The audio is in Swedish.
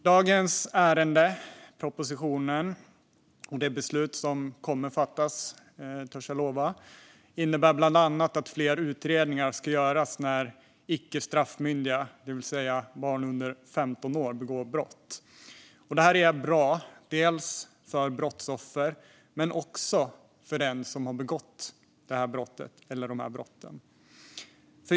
Dagens ärende, propositionen och det beslut som jag törs lova kommer att fattas innebär bland annat att fler utredningar ska göras när icke straffmyndiga, det vill säga barn under 15 år, begår brott. Det här är bra, dels för brottsoffren, dels för dem som begått brotten.